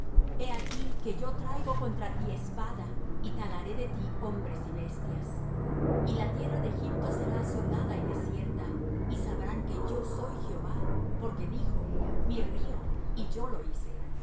he aquí que yo traigo contra ti espada y talaré de ti hombres y bestias y la tierra de egipto será asolada y desierta y sabrán que yo soy jehová porque dijo mi río y yo lo hice